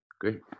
Great